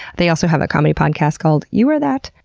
they also have a comedy podcast called you are that,